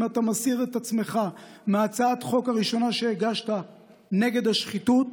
אם אתה מסיר את עצמך מהצעת החוק הראשונה שהגשת נגד השחיתות,